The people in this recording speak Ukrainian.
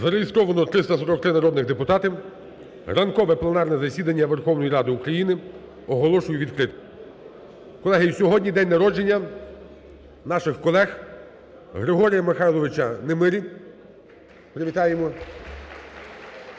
Зареєстровано 343 народних депутатів. Ранкове пленарне засідання Верховної Ради України оголошую відкритим. Колеги, сьогодні день народження наших колег Григорія Михайловича Немирі, привітаємо,